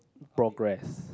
progress